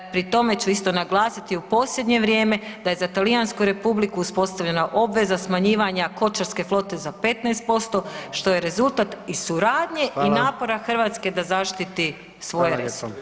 Pri tome ću isto naglasiti u posljednje vrijeme da je za Talijansku Republiku uspostavljena obveza smanjivanja kočarske flote za 15% što je rezultat i suradnje i napora Hrvatske za zaštiti svoje resurse.